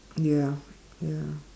ya ya